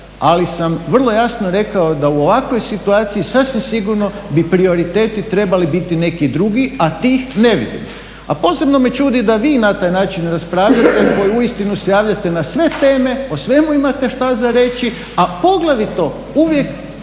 ali sam vrlo jasno rekao da u ovakvoj situaciji sasvim sigurno bi prioriteti trebali biti neki drugih, a tih ne vidim. A posebno me čudi da vi na taj način raspravljati koji uistinu se javljati na sve teme, o svemu imate šta reći, a poglavito uvijek,